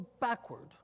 backward